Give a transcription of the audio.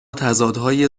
تضادهای